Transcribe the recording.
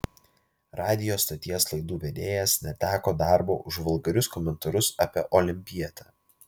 radijo stoties laidų vedėjas neteko darbo už vulgarius komentarus apie olimpietę